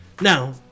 Now